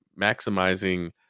maximizing